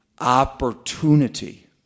opportunity